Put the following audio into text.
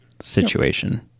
situation